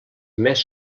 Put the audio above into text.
més